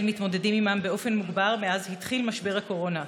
מתמודדים עימם באופן מוגבר מאז התחיל משבר הקורונה.